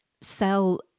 sell